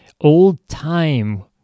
old-time